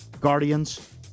Guardians